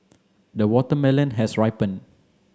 the watermelon has ripened